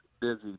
busy